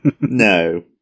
No